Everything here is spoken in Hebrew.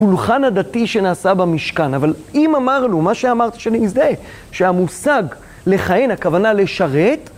הפולחן הדתי שנעשה במשכן, אבל אם אמרנו, מה שאמרתי שאני מזדהה, שהמושג לכהן, הכוונה לשרת,